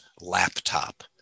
laptop